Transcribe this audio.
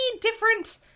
different